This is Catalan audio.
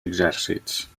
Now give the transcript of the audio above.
exèrcits